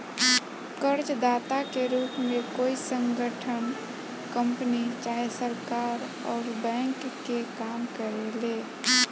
कर्जदाता के रूप में कोई संगठन, कंपनी चाहे सरकार अउर बैंक के काम करेले